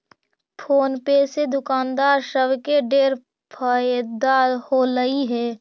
phone पे से दुकानदार सब के ढेर फएदा होलई हे